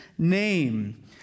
Name